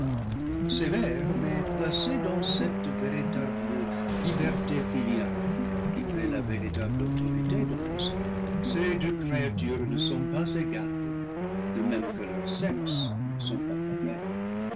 sévère mais placée dans cette véritable liberté filiale qui fait la véritable autorité dans les hommes ces deux créatures ne sont pas égales de même que leurs sexes ne sont pas pareils